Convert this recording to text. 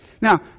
Now